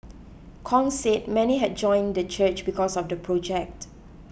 Kong said many had joined the church because of the project